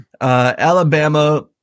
Alabama